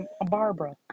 barbara